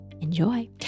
Enjoy